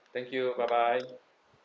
thank you bye bye